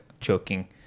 choking